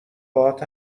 باهات